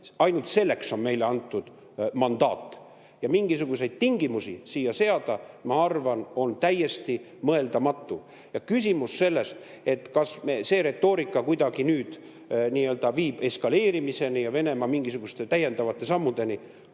Ainult selleks on meile antud mandaat. Ja mingisuguseid tingimusi siia seada, ma arvan, on täiesti mõeldamatu. On ka küsimus, kas see retoorika viib kuidagi nii-öelda eskaleerimiseni ja Venemaa mingisuguste täiendavate sammudeni.